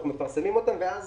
אנחנו מפרסמים אותם ואז